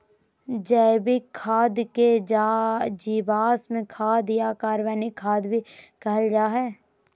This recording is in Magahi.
जैविक खाद के जीवांश खाद या कार्बनिक खाद भी कहल जा हइ